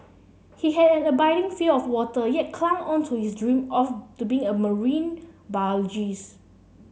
he had an abiding fear of water yet clung on to his dream or to be a marine biologist